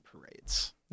parades